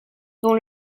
dont